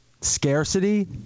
scarcity